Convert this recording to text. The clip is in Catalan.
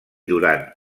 durant